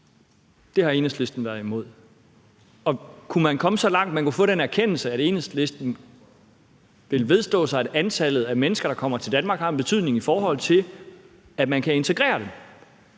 Dem har Enhedslisten været imod. Men kunne man komme så langt, at man kan få den erkendelse, at Enhedslisten vil vedstå sig, at antallet af mennesker, der kommer til Danmark, har en betydning, i forhold til om man kan integrere dem,